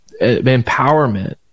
empowerment